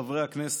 חברי הכנסת,